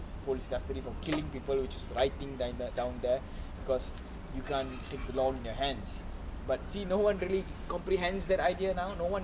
police custody for killing people just writing diner down there because you can't take the law in your hands but see no one really comprehends that idea now no one